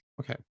okay